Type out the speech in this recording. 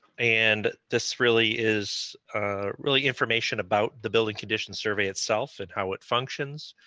and this really is really information about the building condition survey itself and how it functions,